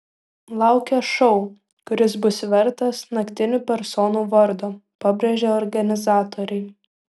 laukia šou kuris bus vertas naktinių personų vardo pabrėžė organizatoriai